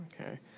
okay